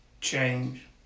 change